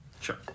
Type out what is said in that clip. Sure